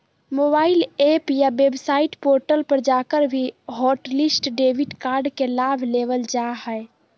mobile app या website portal पर जाकर भी हॉटलिस्ट डेबिट कार्ड के लाभ लेबल जा हय